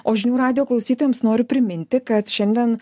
o žinių radijo klausytojams noriu priminti kad šiandien